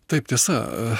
taip tiesa